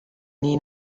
nii